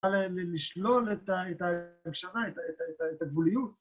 ‫לשלול את ההקשבה, את הגבוליות.